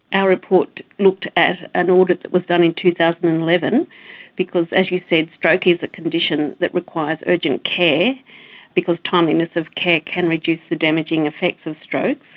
our report looked at an audit that was done in two thousand and eleven because, as you said, stroke is a condition that requires urgent care because timeliness of care can reduce the damaging effects of strokes,